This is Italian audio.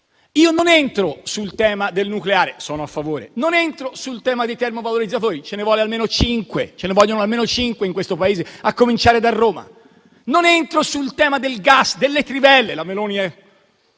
Io non entro sul tema del nucleare (sono a favore); non entro sul tema dei termovalorizzatori (ce ne vogliono almeno cinque in questo Paese, a cominciare da Roma); non entro sul tema del gas e delle trivelle, rispetto al